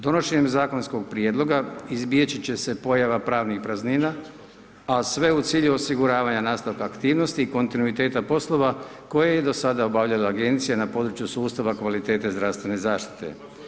Donošenjem zakonskog prijedloga, izbjeći će se pojava pravnih praznina, a sve u cilju osiguravanja nastavka aktivnosti i kontinuiteta poslova koje je do sada obavljala Agencija na području sustava kvalitete zdravstvene zaštite.